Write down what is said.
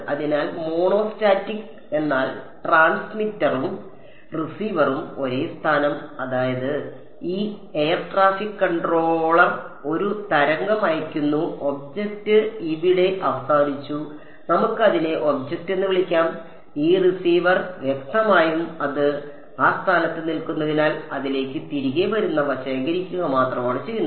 അതിനാൽ മോണോസ്റ്റാറ്റിക് എന്നാൽ ട്രാൻസ്മിറ്ററും റിസീവറും ഒരേ സ്ഥാനം അതായത് ഈ എയർ ട്രാഫിക് കൺട്രോളർ ഒരു തരംഗം അയയ്ക്കുന്നു ഒബ്ജക്റ്റ് ഇവിടെ അവസാനിച്ചു നമുക്ക് അതിനെ ഒബ്ജക്റ്റ് എന്ന് വിളിക്കാം ഈ റിസീവർ വ്യക്തമായും അത് ആ സ്ഥാനത്ത് നിൽക്കുന്നതിനാൽ അതിലേക്ക് തിരികെ വരുന്നവ ശേഖരിക്കുക മാത്രമാണ് ചെയ്യുന്നത്